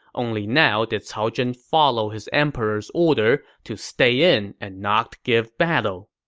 only now did cao zhen follow his emperor's order to stay in and not give battle